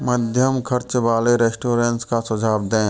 मध्यम खर्च वाले रेस्टोरेंट का सुझाव दें